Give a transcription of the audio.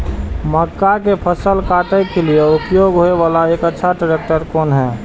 मक्का के फसल काटय के लिए उपयोग होय वाला एक अच्छा ट्रैक्टर कोन हय?